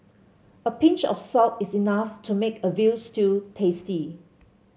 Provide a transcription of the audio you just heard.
a pinch of salt is enough to make a veal stew tasty